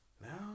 Now